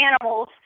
animals